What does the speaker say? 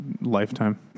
lifetime